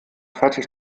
fertig